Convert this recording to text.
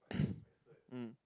mm